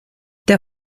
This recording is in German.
der